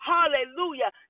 Hallelujah